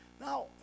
Now